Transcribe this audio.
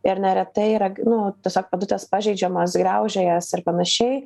ir neretai yra nu tiesiog pėdutės pažeidžiamos graužia jas ir panašiai